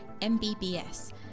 MBBS